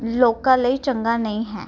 ਲੋਕਾਂ ਲਈ ਚੰਗਾ ਨਹੀਂ ਹੈ